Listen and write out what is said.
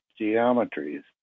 geometries